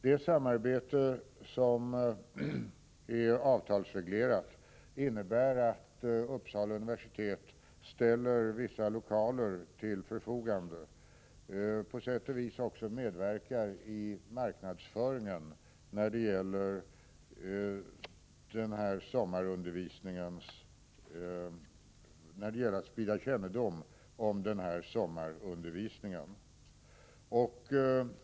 Det samarbete som är avtalsreglerat innebär att Uppsala universitet ställer vissa lokaler till förfogande och på sätt och vis även medverkar i marknadsföringen när det gäller att sprida kännedom om den här sommarundervisningen.